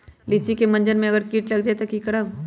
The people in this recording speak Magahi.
लिचि क मजर म अगर किट लग जाई त की करब?